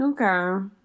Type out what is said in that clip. Okay